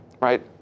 right